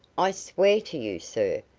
i swear to you, sir,